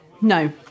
No